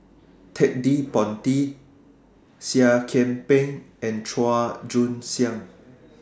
Ted De Ponti Seah Kian Peng and Chua Joon Siang